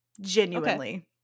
Genuinely